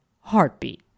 heartbeat